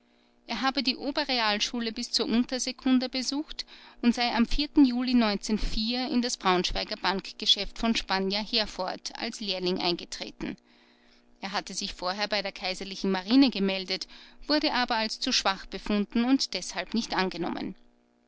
er habe die oberrealschule bis zur untersekunda besucht und sei am juli in das braunschweiger bankgeschäft von spanjer herford als lehrling eingetreten er hatte sich vorher bei der kaiserlichen marine gemeldet wurde aber als zu schwach befunden und deshalb nicht angenommen